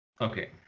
Okay